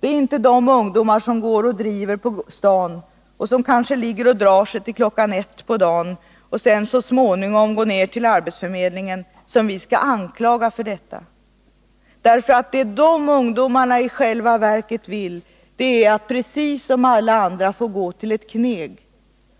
Det är inte de ungdomar som går och driver på stan och som kanske ligger och drar sig till klockan ett på dagen och sedan så småningom går ner till arbetsförmedlingen som vi skall anklaga för detta, eftersom vad de ungdomarna i själva verket vill är att precis som alla andra få gå till ett ”kneg”.